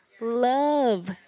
love